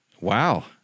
Wow